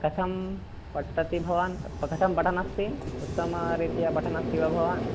कथं पठति भवान् प कथं पठनस्ति उत्तमरीत्या पठनस्ति वा भवान्